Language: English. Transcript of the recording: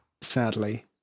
sadly